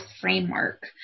Framework